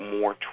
more